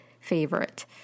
favorite